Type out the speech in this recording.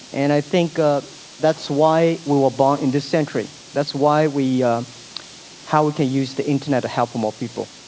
and i think ah that's why we were born in this century. that's why we how we can use the internet to help more people?